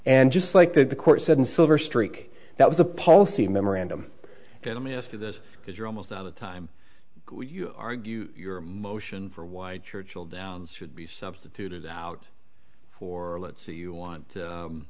and just like that the court said in silverstreak that was a policy memorandum and i may ask you this because you're almost out of time you argue your motion for why churchill downs should be substituted out for let's say you want